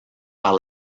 par